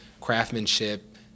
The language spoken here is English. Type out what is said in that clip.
craftsmanship